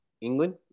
England